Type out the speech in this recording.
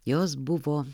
jos buvo